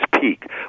peak